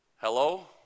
Hello